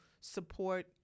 support